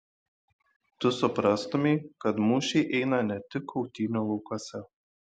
tu suprastumei kad mūšiai eina ne tik kautynių laukuose